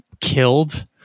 killed